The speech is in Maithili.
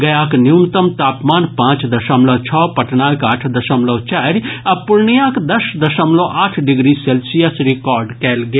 गयाक न्यूनतम तापमान पांच दशमलव छओ पटनाक आठ दशमलव चारि आ पूर्णियाक दस दशमलव आठ डिग्री सेल्सियस रिकॉर्ड कयल गेल